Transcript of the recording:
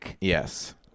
yes